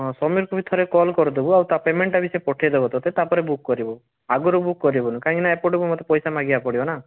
ହଁ ସମୀରକୁ ବି ଥରେ କଲ୍ କରିଦେବୁ ଆଉ ତା ପେମେଣ୍ଟ୍ ଟା ବି ସିଏ ପଠେଇଦେବ ତୋତେ ତା'ପରେ ବୁକ୍ କରିବୁ ଆଗରୁ ବୁକ୍ କରିବୁନୁ କାହିଁକିନା ଏପଟକୁ ମୋତେ ପଇସା ମାଗିବାକୁ ପଡ଼ିବ ନା